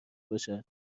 باشد